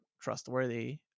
trustworthy